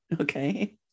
Okay